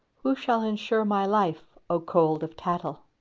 who shall ensure my life, o cold of tattle